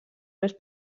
més